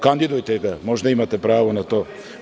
Kandidujte ga, možda imate pravo na to.